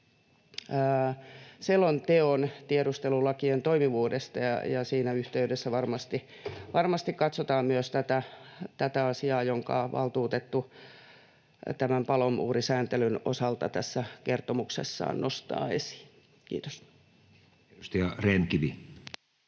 selonteon tiedustelulakien toimivuudesta ja siinä yhteydessä varmasti katsotaan myös tätä asiaa, jonka valtuutettu palomuurisääntelyn osalta tässä kertomuksessaan nostaa esiin. — Kiitos. [Speech